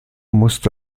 musste